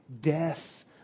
death